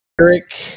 Eric